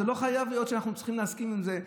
זה לא מחויב המציאות שאנחנו צריכים להסכים עם זה.